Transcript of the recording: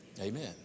Amen